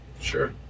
Sure